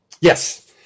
Yes